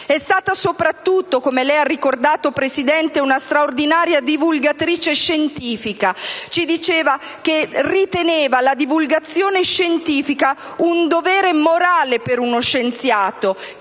È stata soprattutto, come lei ha ricordato, Presidente, una straordinaria divulgatrice scientifica. Ci diceva che riteneva la divulgazione scientifica un dovere morale per uno scienziato,